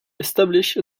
establish